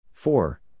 Four